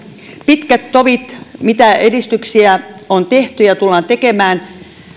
pitkät tovit mitä edistyksiä on tehty ja tullaan tekemään